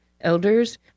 elders